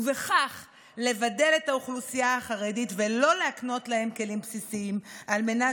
ובכך לבדל את האוכלוסייה החרדית ולא להקנות להם כלים בסיסיים על מנת